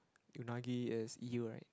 unagi is eel right